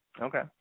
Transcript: okay